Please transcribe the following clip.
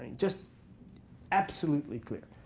just absolutely clear.